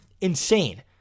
insane